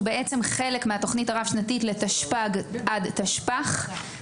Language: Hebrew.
הוא חלק מהתוכנית הרב-שנתית לתשפ"ג עד תשפ"ח,